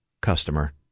customer